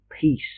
peace